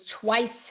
twice